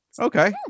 Okay